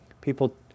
People